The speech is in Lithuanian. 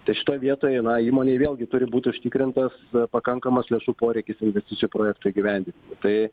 tai šitoj vietoj įmonei vėlgi turi būti užtikrintas pakankamas lėšų poreikis investicijų projektų įgyvendinimui tai